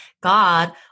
God